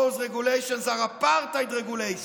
regulations are apartheid regulations.